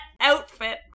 outfit